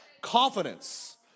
Confidence